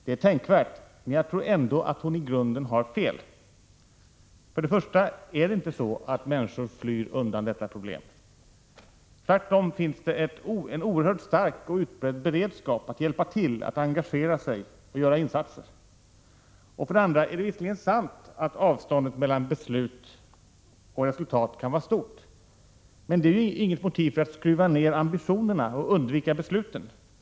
Det är tänkvärt, men jag tror ändå att hon i grunden har fel. För det första är det inte så att människor flyr undan detta problem. Tvärtom finns det en oerhört stark och utbredd beredskap att hjälpa till, att engagera sig och göra insatser. För det andra är det visserligen sant att avståndet mellan beslut och resultat kan vara stort, men det är ju inget motiv för att skruva ner ambitionerna och undvika beslut.